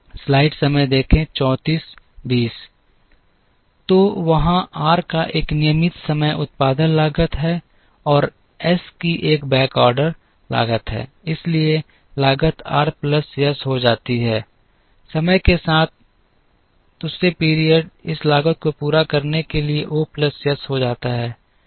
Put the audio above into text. तो वहाँ r का एक नियमित समय उत्पादन लागत है और एस की एक बैक ऑर्डर लागत है इसलिए लागत r प्लस s हो जाती है समय के साथ 2 पीरियड इस लागत को पूरा करने के लिए O प्लस s हो जाता है